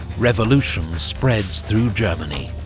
revolution spreads through germany.